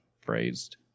phrased